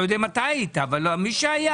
מי שהיה.